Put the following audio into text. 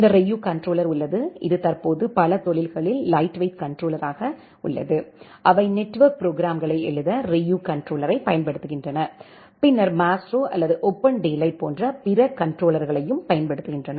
இந்த Ryu controller உள்ளது இது தற்போது பல தொழில்களில் லைட்வெயிட் கன்ட்ரோலர்யாக உள்ளது அவை நெட்வொர்க் புரோகிராம்களை எழுத Ryu கன்ட்ரோலரைப் பயன்படுத்துகின்றன பின்னர் மேஸ்ட்ரோ அல்லது ஓபன்டேலைட் போன்ற பிற கன்ட்ரோலர்களையும் பயன்படுத்துகின்றன